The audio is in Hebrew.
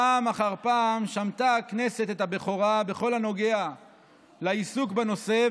פעם אחר פעם שמטה הכנסת את הבכורה בכל הנוגע לעיסוק בנושא,